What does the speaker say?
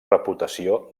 reputació